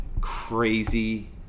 crazy